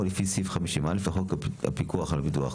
לפי סעיף 50א לחוק הפיקוח על הביטוח.